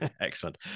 excellent